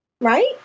right